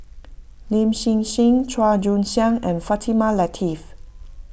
Lin Hsin Hsin Chua Joon Siang and Fatimah Lateef